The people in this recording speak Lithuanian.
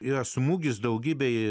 ją smūgis daugybei